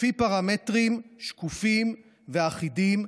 לפי פרמטרים שקופים ואחידים,